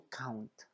count